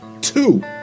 Two